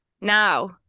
Now